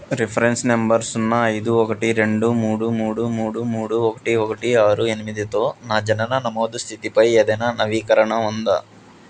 reference number సున్నా ఐదు ఒకటి రెండు మూడు మూడు మూడు మూడు ఒకటి ఒకటి ఆరు ఎనిమిదితో నా జనన నమోదు స్థితిపై ఏదైనా నవీకరణ ఉందా